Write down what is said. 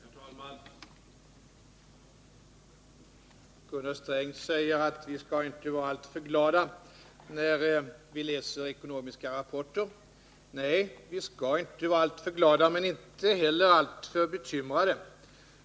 Herr talman! Gunnar Sträng säger att vi inte skall vara alltför glada när vi läser ekonomiska rapporter. Nej, vi skall inte vara alltför glada, men inte heller alltför bekymrade.